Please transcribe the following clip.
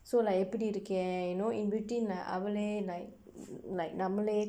so like நா எப்புடி இருக்கேன்:naa eppudi irukkeen you know in between நா அவள:naa avala like like நம்மள:nammala